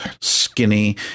skinny